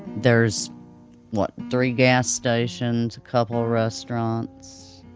there's what, three gas stations, a couple restaurants,